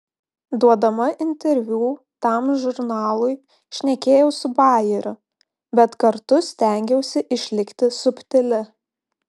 duodama interviu tam žurnalui šnekėjau su bajeriu bet kartu stengiausi išlikti subtili